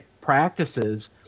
practices